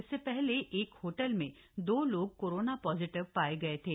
इससे पहले एक होटल में दो लोग कोरोना पॉजिटिव पाए गए थे